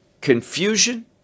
confusion